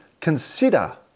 consider